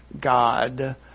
God